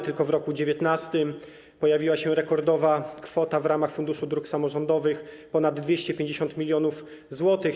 Tylko w roku 2019 pojawiła się rekordowa kwota w ramach Funduszu Dróg Samorządowych - ponad 250 mln zł.